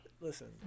Listen